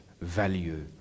value